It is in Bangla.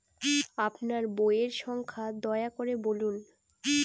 আপনার বইয়ের সংখ্যা দয়া করে বলুন?